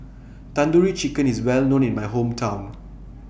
Tandoori Chicken IS Well known in My Hometown